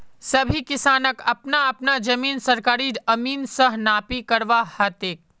सभी किसानक अपना अपना जमीन सरकारी अमीन स नापी करवा ह तेक